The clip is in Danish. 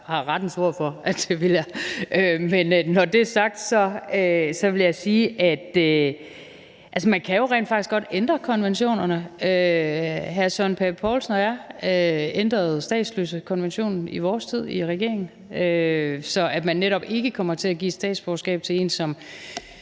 jeg rettens ord for – at det vil jeg. Men når det er sagt, vil jeg sige, at man jo rent faktisk godt kan ændre konventionerne. Hr. Søren Pape Poulsen og jeg ændrede statsløsekonventionen i vores tid i regering, så man netop ikke kommer til at give statsborgerskab til en, som